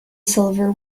silver